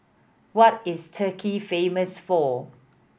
what is Turkey famous for